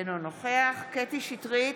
אינו נוכח קטי קטרין שטרית,